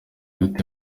gute